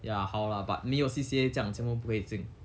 ya 好啦 but 没有 C_C_A 将全部都不可以进